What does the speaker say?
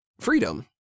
freedom